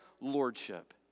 lordship